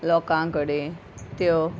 लोकां कडेन त्यो